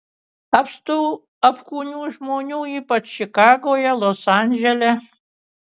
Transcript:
apstu apkūnių žmonių ypač čikagoje los andžele